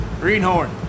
Greenhorn